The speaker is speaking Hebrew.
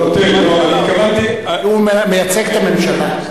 לא, אני התכוונתי הוא מייצג את הממשלה.